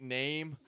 name